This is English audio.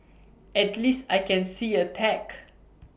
at least I can see A tag